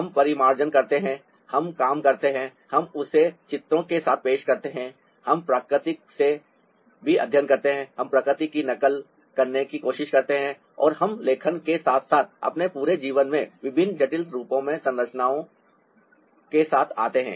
हम परिमार्जन करते हैं हम काम करते हैं हम उसे चित्रों के साथ पेश करते हैं हम प्रकृति से भी अध्ययन करते हैं हम प्रकृति की नकल करने की कोशिश करते हैं और हम लेखन के साथ साथ अपने पूरे जीवन में विभिन्न जटिल रूपों और संरचनाओं के साथ आते हैं